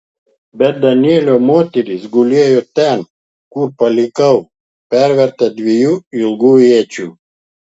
bet danielio moteris gulėjo ten kur palikau perverta dviejų ilgų iečių